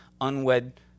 unwed